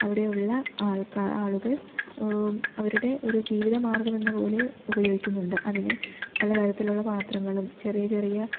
അവിടെയുള്ള ആൾക്കാർ ആളുകൾ അവരുടെ ഒരു ജീവിത മാർഗ്ഗമെന്നപോലെ ഉപയോഗിക്കുന്നുണ്ട് അതിനെ പലതരത്തിലുള്ള പാത്രങ്ങളും ചെറിയ ചെറിയ